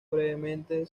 brevemente